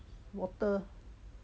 water